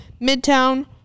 Midtown